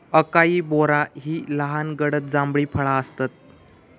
acai बोरा ही लहान गडद जांभळी फळा आसतत